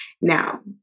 Now